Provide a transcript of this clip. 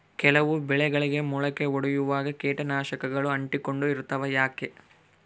ಕೆಲವು ಬೆಳೆಗಳಿಗೆ ಮೊಳಕೆ ಒಡಿಯುವಾಗ ಕೇಟನಾಶಕಗಳು ಅಂಟಿಕೊಂಡು ಇರ್ತವ ಯಾಕೆ?